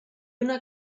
una